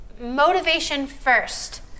motivation-first